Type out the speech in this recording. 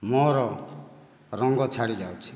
ମୋର ରଙ୍ଗ ଛାଡ଼ି ଯାଉଛି